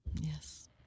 Yes